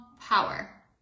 power